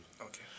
Okay